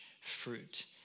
fruit